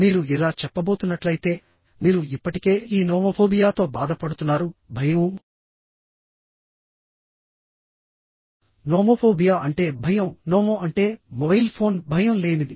మీరు ఇలా చెప్పబోతున్నట్లయితే మీరు ఇప్పటికే ఈ నోమోఫోబియాతో బాధపడుతున్నారు భయం నోమోఫోబియా అంటే భయం నోమో అంటే మొబైల్ ఫోన్ భయం లేనిది